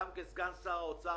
גם כסגן שר האוצר,